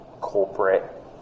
corporate